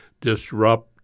disrupt